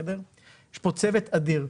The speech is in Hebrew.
יש פה צוות אדיר,